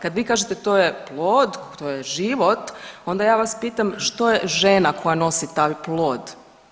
Kad vi kažete to je plod, to je život onda ja vas pitam što je žena koja nosi taj plod?